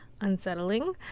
unsettling